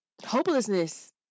Hopelessness